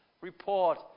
report